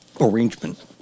arrangement